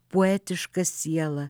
poetišką sielą